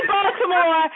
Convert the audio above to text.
Baltimore